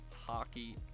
Hockey